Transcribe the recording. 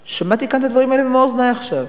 שמעתי כאן את הדברים האלה במו אוזני עכשיו